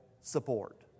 support